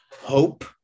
hope